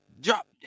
Drop